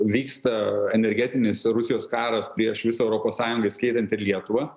vyksta energetinis rusijos karas prieš visą europos sąjungą įskaitant ir lietuvą